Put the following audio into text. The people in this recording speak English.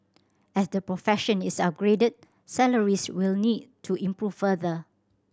as the profession is upgraded salaries will need to improve further